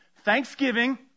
thanksgiving